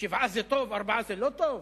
שבעה זה טוב וארבעה זה לא טוב?